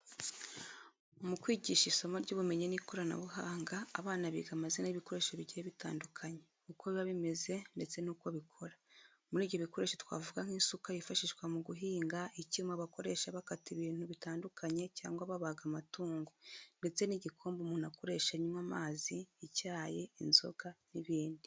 Mu kwigisha isomo ry'ubumenyi n'ikoranabuhanga, abana biga amazina y'ibikoresho bigiye bitandukanye, uko biba bimeze ndetse n'uko bikora. Muri ibyo bikoresho twavuga nk'isuka yifashishwa mu guhinga, icyuma bakoresha bakata ibintu bitandukanye cyangwa babaga amatungo ndetse n'igikombe umuntu akoresha anywa amazi, icyayi, inzoga n'ibindi.